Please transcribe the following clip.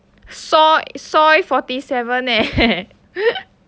saw soi forty seven leh